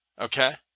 Okay